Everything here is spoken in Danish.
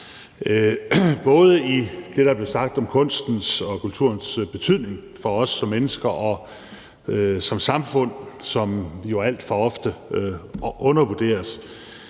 både det, der blev sagt om kunstens og kulturens betydning for os som mennesker og som samfund, som jo alt for ofte undervurderes,